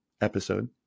episode